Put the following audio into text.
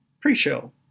pre-show